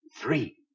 Three